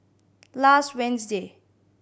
last Wednesday